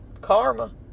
Karma